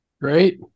Great